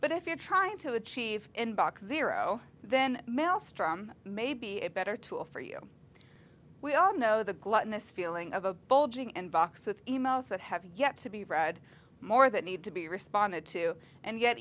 but if you're trying to achieve inbox zero then maelstrom may be a better tool for you we all know the gluttonous feeling of a bulging and box with e mails that have yet to be read more that need to be responded to and yet